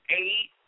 eight